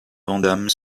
vandamme